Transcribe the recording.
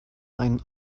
einen